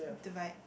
divide